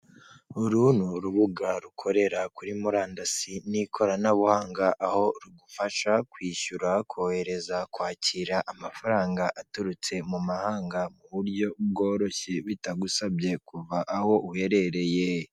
Uru ni urubuga rukorera kuri murandasi n'ikoranabuhanga; aho rugufasha kwishyura, kohereza, kwakira amafaranga aturutse mu mahanga mu buryo bworoshye; bitagusabye kuva aho uherereye.